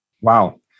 Wow